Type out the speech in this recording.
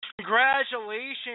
congratulations